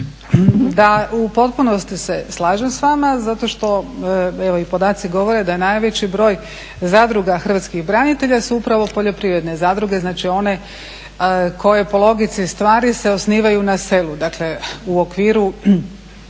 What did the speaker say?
Da u potpunosti se slažem s vama zato što evo i podaci govore da najveći broj zadruga hrvatskih branitelja su upravo poljoprivredne zadruge. Znači one koje po logici stvari se osnivaju na selu, dakle u okviru